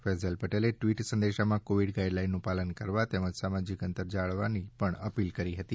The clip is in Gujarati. ફેસલ પટેલે ટ્વીટ સંદેશમાં કોવિડ ગાઇડલાઇનનું પાલન કરવા તેમજ સામાજિક અંતર જાળવવાની પણ અપીલ કરી હતી